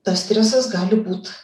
tas stresas gali būt